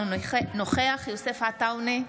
אינו נוכח יוסף עטאונה,